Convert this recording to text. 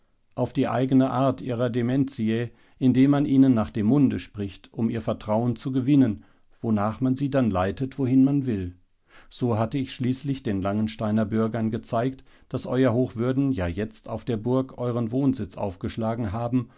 auf die eigene art ihrer dementiae indem man ihnen nach dem munde spricht um ihr vertrauen zu gewinnen wonach man sie dann leitet wohin man will so hatte ich schließlich den langensteiner bürgern gezeigt daß euer hochwürden ja jetzt auf der burg euren wohnsitz aufgeschlagen haben